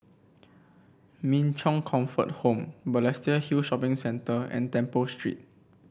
Min Chong Comfort Home Balestier Hill Shopping Centre and Temple Street